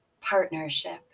partnership